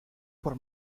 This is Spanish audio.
por